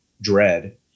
dread